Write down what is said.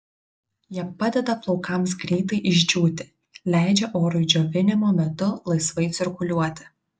jie padeda plaukams greitai išdžiūti leidžia orui džiovinimo metu laisvai cirkuliuoti